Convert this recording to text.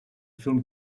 film